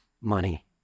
money